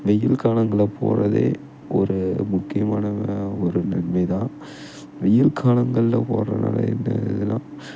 வெயில் காலங்களில் போகறதே ஒரு முக்கியமான ஒரு நன்மை தான் வெயில் காலங்களில் போகறதுனால என்ன இதுன்னா